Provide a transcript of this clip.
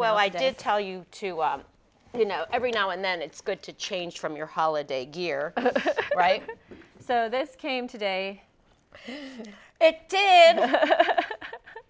well i did tell you to you know every now and then it's good to change from your holiday gear right so this came today and it did